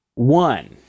One